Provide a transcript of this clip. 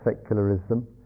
secularism